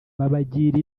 babagira